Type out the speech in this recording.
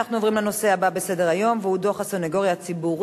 אנחנו עוברים לתוצאות: בעד, 5, אין מתנגדים,